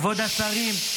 כבוד השרים,